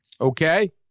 Okay